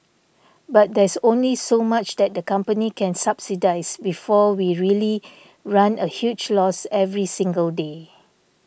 but there's only so much that the company can subsidise before we really run a huge loss every single day